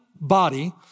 body